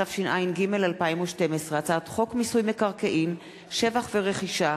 התשע"ג 2012, הצעת חוק מיסוי מקרקעין (שבח ורכישה)